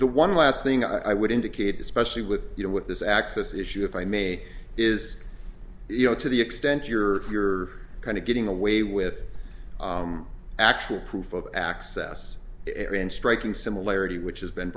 the one last thing i would indicate especially with you know with this access issue if i may is you know to the extent you're kind of getting away with actual proof of access and striking similarity which has been